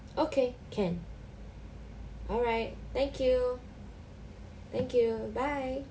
okay can alright thank you thank you bye